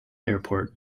airport